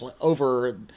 over